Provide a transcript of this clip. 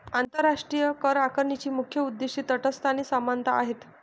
आंतरराष्ट्रीय करआकारणीची मुख्य उद्दीष्टे तटस्थता आणि समानता आहेत